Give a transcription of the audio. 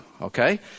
Okay